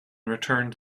returned